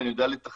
ואני יודע לתכנן,